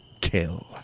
kill